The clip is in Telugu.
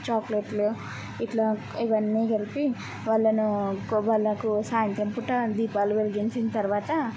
చాక్లెట్లు ఇట్లా ఇవన్నీ కలిపి వాళ్ళనూ కొ వాళ్ళకు సాయంత్రం పూట దీపాలు వెలిగించిన తర్వాత